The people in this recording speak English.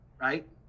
right